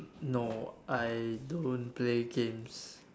no I don't play games